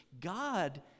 god